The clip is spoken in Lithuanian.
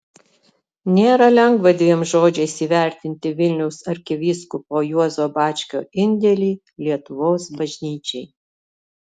nėra lengva dviem žodžiais įvertinti vilniaus arkivyskupo juozo bačkio indėlį lietuvos bažnyčiai